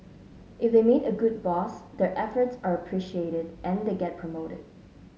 if they meet a good boss their efforts are appreciated and they get promoted